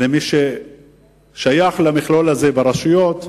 למי ששייך למכלול הזה ברשויות,